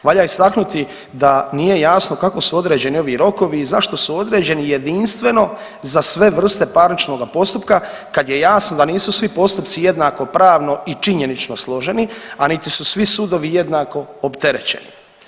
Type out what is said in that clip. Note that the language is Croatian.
Valja istaknuti da nije jasno kako su određeni ovi rokovi i zašto su određeni jedinstveno za sve vrste parničnoga postupka kad je jasno da nisu svi postupci jednako pravno i činjenično složeni, a niti su svi sudovi jednako opterećeni.